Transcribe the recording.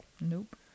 Nope